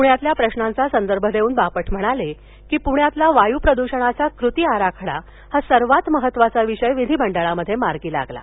पुण्यातल्या प्रशांचा संदर्भ देऊन बापट म्हणाले की पुण्यातला वायू प्रदूषणाचा कृति आराखडा हा सर्वात महत्वाचा विषय विधीमंडळात मार्गी लागला